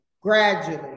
gradually